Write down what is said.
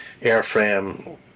airframe